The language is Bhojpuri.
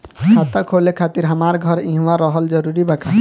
खाता खोले खातिर हमार घर इहवा रहल जरूरी बा का?